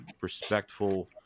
respectful